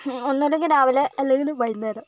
ഒന്നല്ലെങ്കിൽ രാവിലെ അല്ലെങ്കിൽ വൈകുന്നേരം